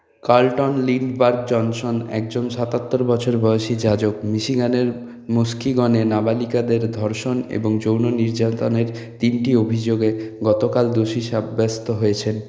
Carlton Lindbergh Johnson একজন সাতাত্তর বছর বয়সি যাজক মিশিগানের মাস্কিগনে নাবালিকাদের ধর্ষণ এবং যৌন নির্যাতনের তিনটি অভিযোগে গতকাল দোষী সাব্যস্ত হয়েছেন